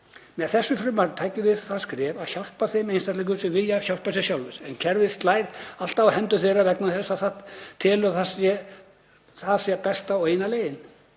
Með þessu frumvarpi tækjum við það skref að hjálpa þeim einstaklingum sem vilja hjálpa sér sjálfir en kerfið slær alltaf á hendur þeirra vegna þess að það telur að það sé besta og eina leiðin.